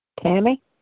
Tammy